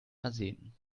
arsen